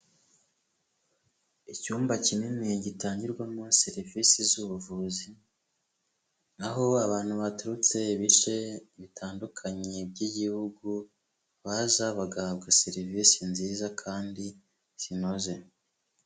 Icyumba kinini gitangirwamo serivisi z 'ubuvuzi aho abantu baturutse ibice bitandukanye by'igihugu baza bagahabwa serivisi nziza kandi zinoze.